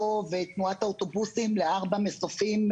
ואת תנועת האוטובוסים לארבעה מוקדים: